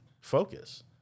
focus